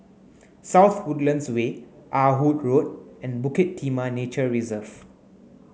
South Woodlands Way Ah Hood Road and Bukit Timah Nature Reserve